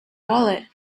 wallet